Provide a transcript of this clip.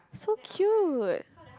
so cute